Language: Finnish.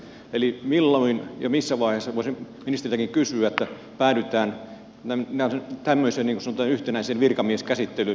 eli milloin ja missä vaiheessa voisin ministeriltäkin kysyä päädytään tämmöiseen niin kuin sanotaan yhtenäiseen virkamieskäsittelyyn myös käyttöoikeuksien osalta